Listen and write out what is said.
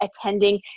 attending